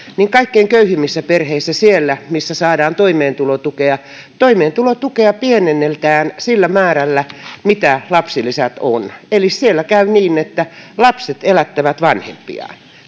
niin kaikkein köyhimmissä perheissä siellä missä saadaan toimeentulotukea toimeentulotukea pienennetään sillä määrällä mitä lapsilisät ovat eli niissä käy niin että lapset elättävät vanhempiaan